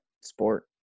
sport